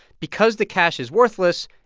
because the cash is worthless,